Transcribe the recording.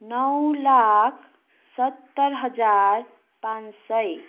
नौ लाख सत्तर हजार पाँच सय